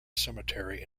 cemetery